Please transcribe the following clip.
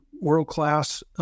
world-class